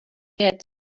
had